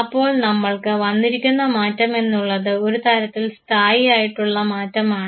അപ്പോൾ നമ്മൾക്ക് വന്നിരിക്കുന്ന മാറ്റം എന്നുള്ളത് ഒരു തരത്തിൽ സ്ഥായി ആയിട്ടുള്ള മാറ്റമാണ്